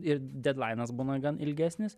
ir dedlainas būna gan ilgesnis